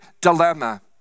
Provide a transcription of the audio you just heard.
dilemma